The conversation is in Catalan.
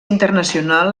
internacional